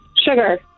Sugar